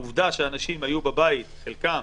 העובדה שאנשים היו בבית, חלקם